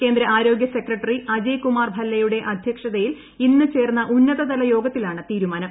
കേന്ദ്ര ആരോഗൃ സെക്രട്ടറി അജയ് കുമാർ ഭല്പയുടെ അധ്യക്ഷതയിൽ ഇന്ന് ചേർന്ന ഉന്നതതല യോഗത്തിലാണ് തീരുമാനം